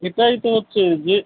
এটাই তো হচ্ছে যে